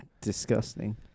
Disgusting